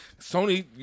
Sony